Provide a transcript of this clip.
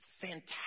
fantastic